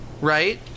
right